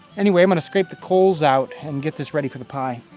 anyway, i'm going to scrape the coals out and get this ready for the pie.